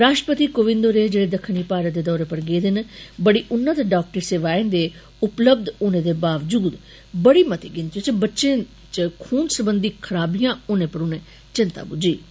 रॉश्ट्रपति कोविन्द होरें जेड़े दक्खनी भारत दे दौरे पर गेदे न बड़ी उन्नत डॉक्टरी सेवाएं दे उपलब्ध होने दे बावजूद बड़ी मती गिनती च बच्चें च खून सरबंधी खराबियां होने पर चैंता बुज्झी ऐ